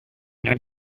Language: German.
nun